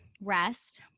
rest